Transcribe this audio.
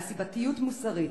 על סיבתיות מוסרית,